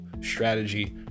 strategy